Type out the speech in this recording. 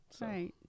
Right